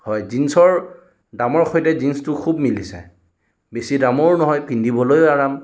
হয় জিনচৰ দামৰ সৈতে জিনচটো খুব মিলিছে বেছি দামৰো নহয় পিন্ধিবলৈও আৰাম